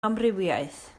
amrywiaeth